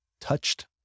touched